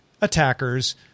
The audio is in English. attackers